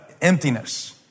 emptiness